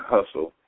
Hustle